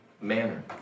manner